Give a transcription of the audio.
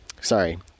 sorry